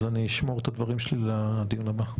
אני אשמור את הדברים שלי לדיון הבא.